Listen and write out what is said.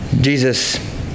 Jesus